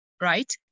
right